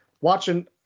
watching